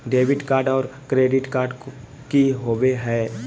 Debit card और credit card की होवे हय?